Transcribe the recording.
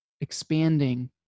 expanding